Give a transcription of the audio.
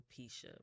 alopecia